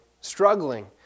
struggling